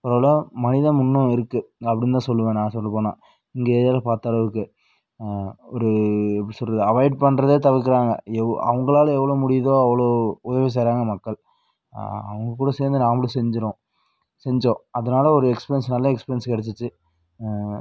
ஓரளவு மனிதம் இன்னும் இருக்குது அப்படின்னுதான் சொல்வேன் நான் சொல்லப்போனால் எங்கள் ஏரியாவில் பார்த்த அளவுக்கு ஒரு எப்படி சொல்கிறது அவாய்ட் பண்ணுறத தவிர்க்கிறாங்க எவ் அவங்களால எவ்வளோ முடியுதோ அவ்வளோ உதவி செய்கிறாங்க மக்கள் அவங்ககூட சேர்ந்து நாம்மளும் செஞ்சிடுவோம் செஞ்சோம் அதனால் ஒரு எக்ஸ்பீரியன்ஸ் நல்ல எக்ஸ்பீரியன்ஸ் கெடைச்சுச்சி